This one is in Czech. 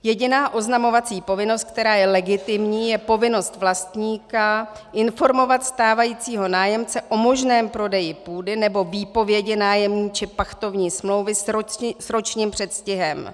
Jediná oznamovací povinnost, která je legitimní, je povinnost vlastníka informovat stávajícího nájemce o možném prodeji půdy nebo výpovědi nájemní či pachtovní smlouvy s ročním předstihem.